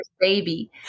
baby